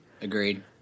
Agreed